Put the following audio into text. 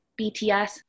BTS